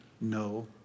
no